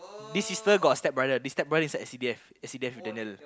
this sister got stepbrother this stepbrother is a S_C_D_F S_C_D_F lieutenant